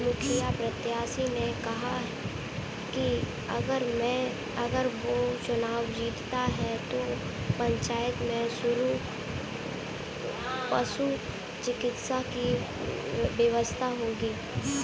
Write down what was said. मुखिया प्रत्याशी ने कहा कि अगर वो चुनाव जीतता है तो पंचायत में पशु चिकित्सा की व्यवस्था होगी